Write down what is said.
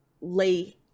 lay